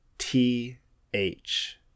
T-H